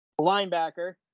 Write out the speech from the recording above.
linebacker